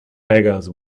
beggars